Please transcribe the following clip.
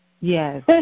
Yes